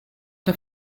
der